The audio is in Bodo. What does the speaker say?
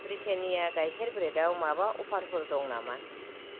ब्रिटेन्निया गाइखेर ब्रेडयाव माबा अफारफोर दङ नामा